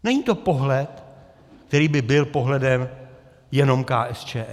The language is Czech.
Není to pohled, který by byl pohledem jenom KSČM.